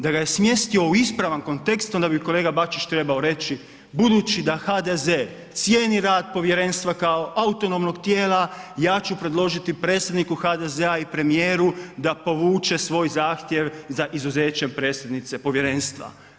Da ga je smjestio u ispravan kontekst, onda bi kolga Bačić trebao reći, budući da HDZ cijeni rad povjerenstva kao autonomnog tijela ja ću predložiti predsjedniku HDZ-a i premijeru da povuče svoj zahtjev za izuzeće predsjednice povjerenstva.